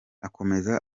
akomeza